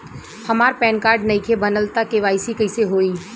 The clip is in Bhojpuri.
हमार पैन कार्ड नईखे बनल त के.वाइ.सी कइसे होई?